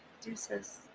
Deuces